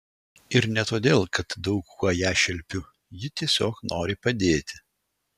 ir ne todėl kad daug kuo ją šelpiu ji tiesiog nori padėti